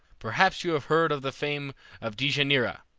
perhaps you have heard of the fame of dejanira,